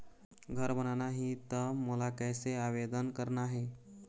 घर बनाना ही त मोला कैसे आवेदन करना हे?